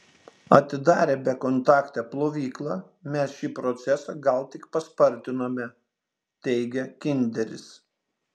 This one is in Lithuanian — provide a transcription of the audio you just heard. atidarę bekontaktę plovyklą mes šį procesą gal tik paspartinome teigia kinderis